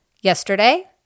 yesterday